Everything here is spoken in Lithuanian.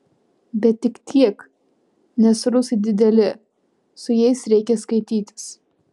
bet tik tiek nes rusai dideli su jais reikia skaitytis